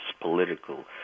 political